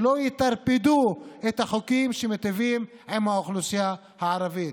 שלא יטרפדו את החוקים שמיטיבים עם האוכלוסייה הערבית.